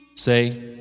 Say